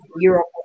Europe